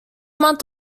month